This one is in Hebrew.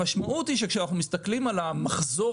המשמעות היא כשאנחנו מסתכלים על המחזור